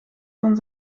van